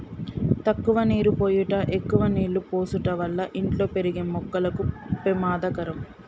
తక్కువ నీరు పోయుట ఎక్కువ నీళ్ళు పోసుట వల్ల ఇంట్లో పెరిగే మొక్కకు పెమాదకరం